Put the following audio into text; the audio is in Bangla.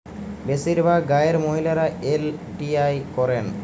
বেশিরভাগ গাঁয়ের মহিলারা এল.টি.আই করেন